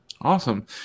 Awesome